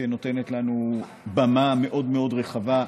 שנותנת לנו במה מאוד מאוד רחבה.